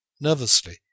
Nervously